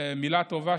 מילה טובה,